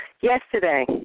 yesterday